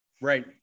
right